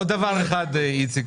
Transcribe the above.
עוד דבר אחד, איציק,